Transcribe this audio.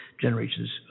generations